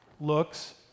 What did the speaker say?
looks